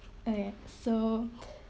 okay so